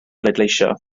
bleidleisio